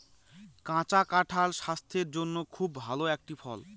কাঁচা কাঁঠাল স্বাস্থের জন্যে খুব ভালো একটি ফল